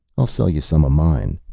i'll sell you some of mine.